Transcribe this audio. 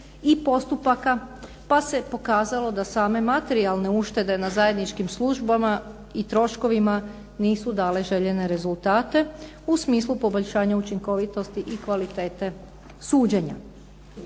i postupaka pa se pokazalo da same materijalne uštede na zajedničkim službama i troškovima nisu dale željene rezultate u smislu poboljšanja učinkovitosti i kvalitete suđenja.